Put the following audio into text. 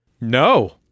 No